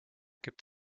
gibt